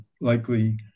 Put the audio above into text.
likely